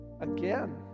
again